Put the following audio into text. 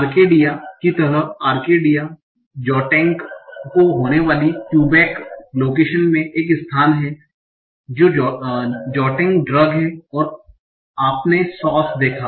Arcadia की तरह Arcadia Zantac को लेने वाली क्यूबेक लोकेशन में एक स्थान है ज़ांटैक ड्रग है और आपने सॉस देखा